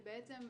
שבעצם,